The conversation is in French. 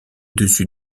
dessus